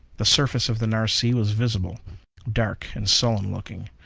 the surface of the nares sea was visible dark and sullen looking.